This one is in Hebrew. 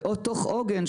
גם בתוך עוגן,